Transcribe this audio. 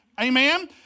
Amen